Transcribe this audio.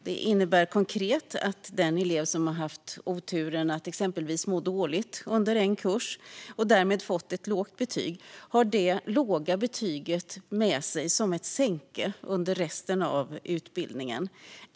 Det innebär konkret att den elev som haft oturen att exempelvis må dåligt under en kurs och därmed fått ett lågt betyg har det låga betyget med som ett sänke under resten av utbildningen.